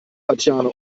tatjana